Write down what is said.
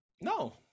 No